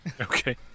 Okay